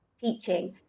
teaching